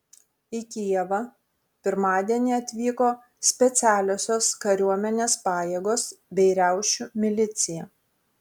į kijevą pirmadienį atvyko specialiosios kariuomenės pajėgos bei riaušių milicija